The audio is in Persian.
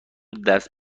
دست